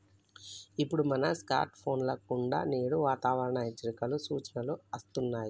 ఇప్పుడు మన స్కార్ట్ ఫోన్ల కుండా నేడు వాతావరణ హెచ్చరికలు, సూచనలు అస్తున్నాయి